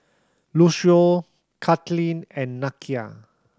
Lucio Kathleen and Nakia